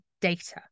data